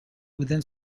within